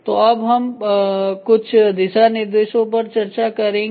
तो अब हम कुछ दिशा निर्देशों पर चर्चा शुरू करेंगे